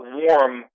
warm